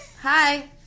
Hi